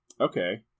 Okay